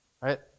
right